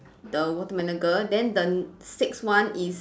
the watermelon girl then the six one is